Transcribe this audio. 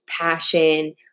passion